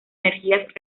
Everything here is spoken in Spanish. energías